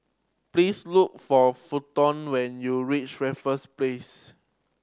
please look for Fenton when you reach Raffles Place